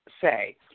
say